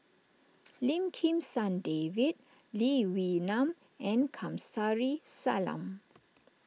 Lim Kim San David Lee Wee Nam and Kamsari Salam